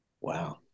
Wow